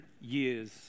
years